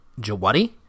Jawadi